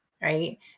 right